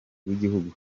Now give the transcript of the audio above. bw’igihugu